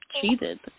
cheated